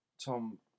Tom